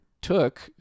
took